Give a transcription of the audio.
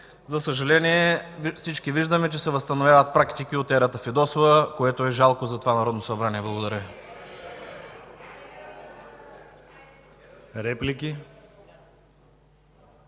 За съжаление всички виждаме, че се възстановяват практики от ерата Фидосова, което е жалко за това Народно събрание. Благодаря. (Шум и